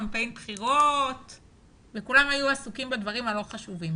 קמפיין בחירות וכולם היו עסוקים בדברים הלא חשובים